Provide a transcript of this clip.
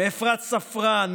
מאפרת ספרן,